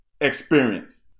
experience